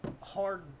hard